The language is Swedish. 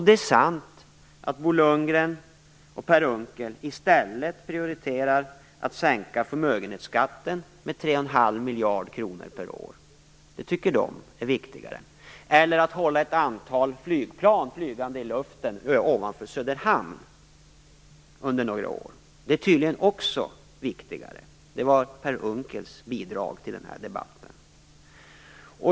Det är sant att Bo Lundgren och Per Unckel i stället prioriterar att sänka förmögenhetsskatten med tre och en halv miljarder kronor per år. De tycker att det är viktigare. Att hålla ett antal flygplan flygande i luften ovanför Söderhamn under några år är tydligen också viktigare. Det var Per Unckels bidrag till den här debatten.